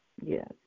Yes